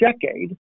decade